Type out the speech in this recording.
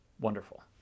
Wonderful